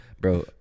bro